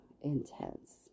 Intense